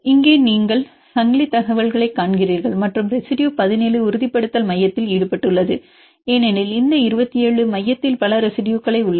இங்கே நீங்கள் சங்கிலித் தகவலைக் காண்கிறீர்கள் மற்றும் ரெசிடுயு 17 உறுதிப்படுத்தல் மையத்தில் ஈடுபட்டுள்ளது ஏனெனில் இந்த 27 மையத்தில் பல ரெசிடுயுகளைக் உள்ளன